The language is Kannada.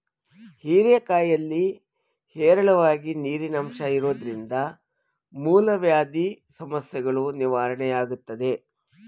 ಹೀರೆಕಾಯಿಲಿ ಹೇರಳವಾಗಿ ನೀರಿನಂಶ ಇರೋದ್ರಿಂದ ಮೂಲವ್ಯಾಧಿ ಸಮಸ್ಯೆಗಳೂ ನಿವಾರಣೆಯಾಗ್ತದೆ